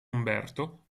umberto